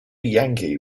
yankee